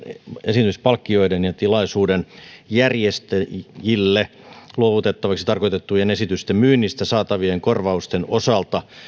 esiintymispalkkioiden ja tilaisuuden järjestäjille luovutettavaksi tarkoitettujen esitysten myynnistä saatavien korvausten osalta